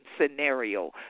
scenario